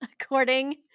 according